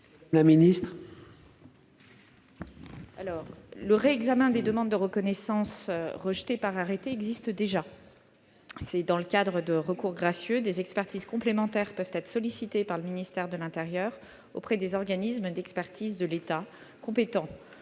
Gouvernement ? Le réexamen des demandes de reconnaissance rejetées par arrêté existe déjà. Dans le cadre de recours gracieux, des expertises complémentaires peuvent être sollicitées par le ministère de l'intérieur auprès des organismes d'expertise de l'État compétents.